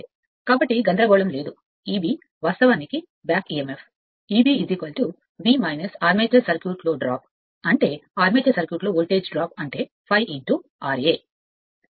కాబట్టి గందరగోళం లేదు Eb వాస్తవానికి back Emf Eb V armature సర్క్యూట్లో డ్రాప్ అంటే ఆర్మేచర్ సర్క్యూట్లో వోల్టేజ్ డ్రాప్ అంటే ∅ ra